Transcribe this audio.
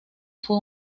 fue